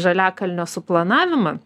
žaliakalnio suplanavimą